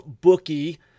bookie